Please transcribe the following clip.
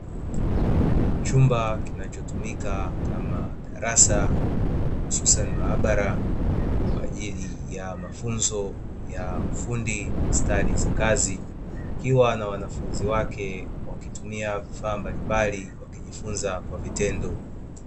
Chumba kinachotumika kama darasa hususani maabara kwa ajili ya mafunzo ya ufundi stadi za kazi, kukiwa na wanafunzi wake wakitumia vifaa mbalimbali wakijifunza kwa vitendo.